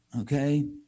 Okay